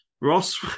Ross